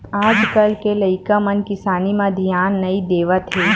आज कल के लइका मन किसानी म धियान नइ देवत हे